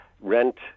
rent